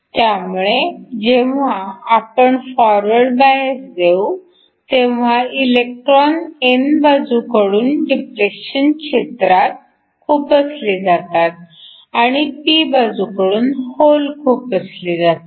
त्यामुळे जेव्हा आपण फॉरवर्ड बायस देऊ तेव्हा इलेक्ट्रॉन n बाजूकडून डिप्लेशन क्षेत्रात खुपसले जातात आणि p बाजूकडून होल खुपसले जातात